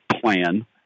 plan